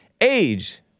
Age